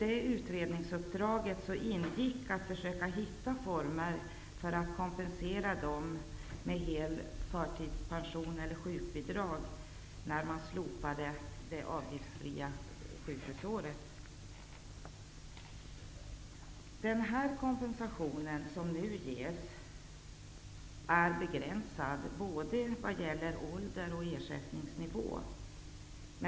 I utredningsuppdraget ingick det att försöka hitta former för att kompensera de människor som hade hel förtidspension eller sjukbidrag vid slopandet av det avgiftsfria sjukhusåret. Den kompensation som nu ges är begränsad i vad gäller både ålder och ersättningsnivå.